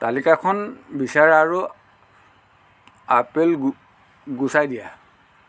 তালিকাখন বিচৰা আৰু আপেল গুচাই দিয়া